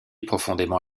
profondément